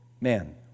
Man